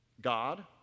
God